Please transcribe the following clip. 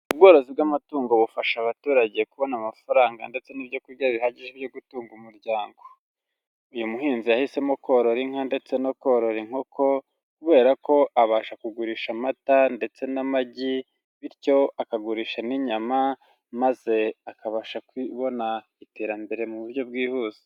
Ubworozi bw'amatungo bufasha abaturage kubona amafaranga ndetse n'ibyo kurya bihagije byo gutunga umuryango. Uyu muhinzi yahisemo korora inka ndetse no korora inkoko, kubera ko abasha kugurisha amata ndetse n'amagi, bityo akagurisha n'inyama, maze akabasha kubona iterambere mu buryo bwihuse.